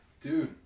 Dude